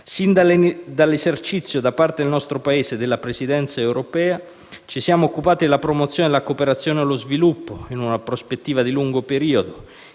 Sin dall'esercizio da parte del nostro Paese della Presidenza dell'Unione europea ci siamo occupati della promozione della cooperazione allo sviluppo in una prospettiva di lungo periodo.